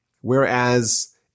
Whereas